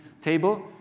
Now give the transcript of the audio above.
table